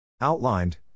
Outlined